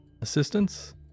assistance